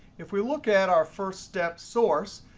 if we look at our first step source,